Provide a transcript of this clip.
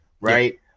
right